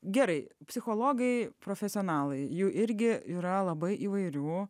gerai psichologai profesionalai jų irgi yra labai įvairių